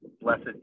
Blessed